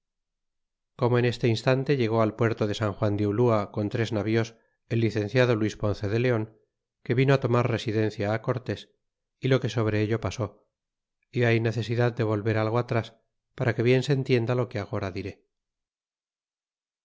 como en este instante llegó al puerto de san juan de ulua con tres navíos el licenciado luis ponce de leon que vinos tomar residencia cortés y lo que sobre ello pasó é hay necesidad de volver algo atras para que bien se entienda lo que agora diré